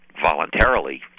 voluntarily